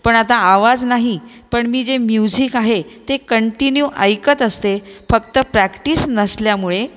पण आता आवाज नाही पण मी जे म्युजिक आहे ते कंटिन्यू ऐकत असते फक्त प्रॅक्टिस नसल्यामुळे